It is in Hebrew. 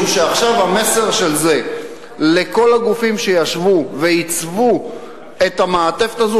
משום שעכשיו המסר של זה לכל הגופים שישבו ועיצבו את המעטפת הזאת